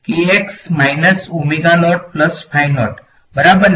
વિદ્યાર્થી Kx minus એક phi naught છે બરાબર ને